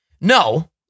No